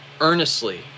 earnestly